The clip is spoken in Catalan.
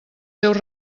seus